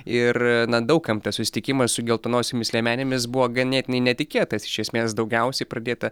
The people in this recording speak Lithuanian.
ir daug kam tas susitikimas su geltonosiomis liemenėmis buvo ganėtinai netikėtas iš esmės daugiausiai pradėta